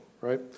right